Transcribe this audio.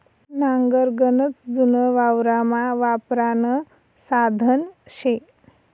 नांगर गनच जुनं वावरमा वापरानं साधन शे